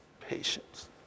patience